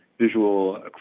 visual